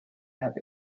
have